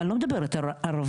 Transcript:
אני לא מדברים על ערבים,